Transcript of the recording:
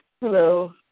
Hello